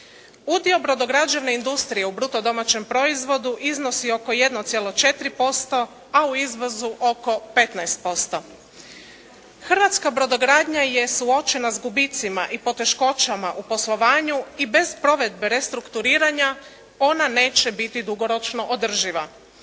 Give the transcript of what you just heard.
Udio brodograđevne industrije u bruto domaćem proizvodu iznosi oko 1,45, a u izvozu oko 15%. Hrvatska brodogradnja je suočena s gubicima i poteškoćama u poslovanju i bez provedbe restrukturiranja, ona neće biti dugoročno održiva.